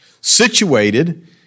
situated